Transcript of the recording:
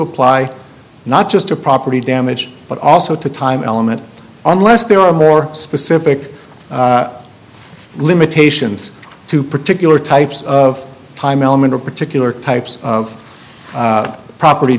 apply not just to property damage but also to time element unless there are more specific limitations to particular types of time element or particular types of property